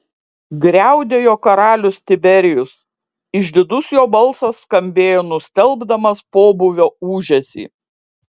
griaudėjo karalius tiberijus išdidus jo balsas skambėjo nustelbdamas pobūvio ūžesį